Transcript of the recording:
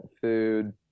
food